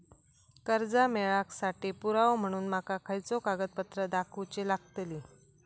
कर्जा मेळाक साठी पुरावो म्हणून माका खयचो कागदपत्र दाखवुची लागतली?